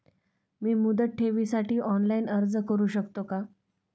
मी मुदत ठेवीसाठी ऑनलाइन अर्ज करू शकतो का?